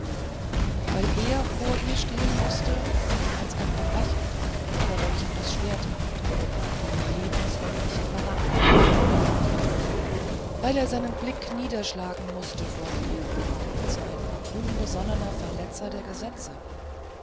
weil er vor ihr stehen mußte als ein verbrecher über welchem das schwert hängt die lebenslängliche verbannung weil er seinen blick niederschlagen mußte vor ihr als ein unbesonnener verletzer des gesetzes